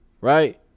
Right